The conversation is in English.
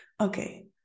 Okay